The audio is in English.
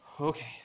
okay